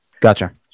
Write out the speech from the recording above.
Gotcha